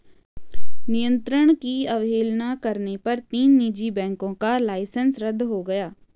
नियंत्रण की अवहेलना करने पर तीन निजी बैंकों का लाइसेंस रद्द हो गया